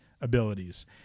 abilities